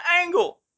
angle